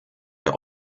der